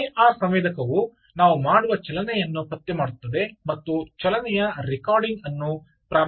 PIR ಸಂವೇದಕವು ನಾವು ಮಾಡುವ ಚಲನೆಯನ್ನು ಪತ್ತೆ ಮಾಡುತ್ತದೆ ಮತ್ತು ಚಲನೆಯ ರೆಕಾರ್ಡಿಂಗ್ ಅನ್ನು ಪ್ರಾರಂಭಿಸುತ್ತದೆ